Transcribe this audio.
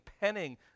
penning